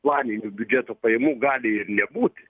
planinių biudžeto pajamų gali ir nebūti